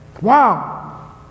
Wow